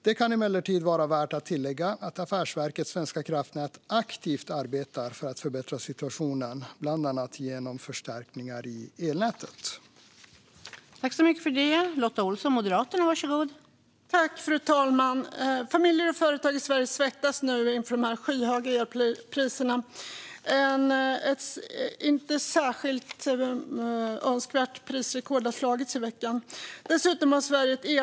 Det kan emellertid vara värt att tillägga att Affärsverket svenska kraftnät aktivt arbetar för att förbättra situationen, bland annat genom förstärkningar i elnätet. Då interpellanten anmält att han var förhindrad att närvara vid sammanträdet medgav andre vice talmannen att Lotta Olsson i stället fick delta i debatten.